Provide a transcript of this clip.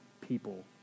people